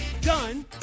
Done